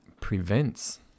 prevents